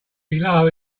below